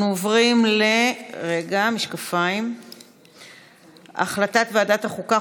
אנחנו עוברים להצת ועדת החוקה,